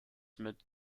mit